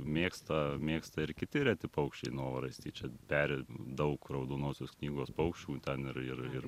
mėgsta mėgsta ir kiti reti paukščiai novaraistį čia peri daug raudonosios knygos paukščių ten ir ir ir